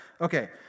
Okay